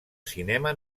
cinema